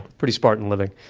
pretty spartan living,